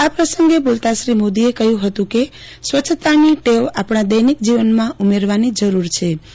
આ પ્રસંગે બોલતા શ્રી મોદીએ કહ્યું હતું કે સ્વચ્છતાની ટેવ આપણા દૈનિક જીવનમાં ઉમેરવાની જરૂરછે